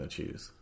choose